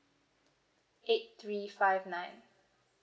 eight three five nine